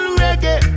reggae